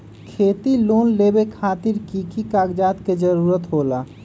खेती लोन लेबे खातिर की की कागजात के जरूरत होला?